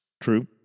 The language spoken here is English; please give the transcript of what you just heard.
True